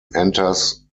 enters